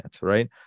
right